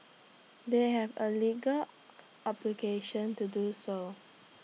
they have A legal obligation to do so